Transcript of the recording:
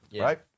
right